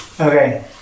Okay